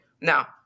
Now